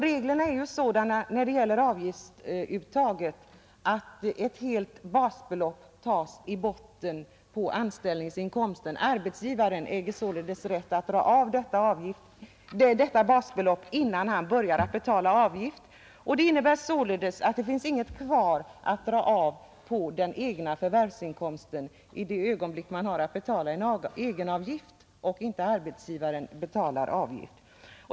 Reglerna är ju sådana när det gäller avgiftsuttaget att ett helt basbelopp avräknas i botten på anställningsinkomsten. Arbetsgivaren äger således rätt att dra av detta basbelopp innan han börjar betala avgift. Det innebär att det inte finns någonting kvar att dra av på den egna förvärvsinkomsten i det ögonblick man har att betala en egenavgift och inte arbetsgivaren betalar avgift.